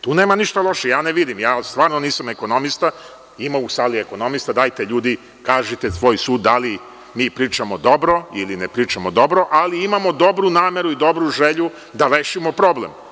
Tu nema ništa loše, ja ne vidim, ja stvarno nisam ekonomista ima u sali ekonomista, dajte ljudi kažite svoj sud, da li mi pričamo dobro ili ne pričamo dobro, ali imamo dobru nameru i dobru želju da rešimo problem.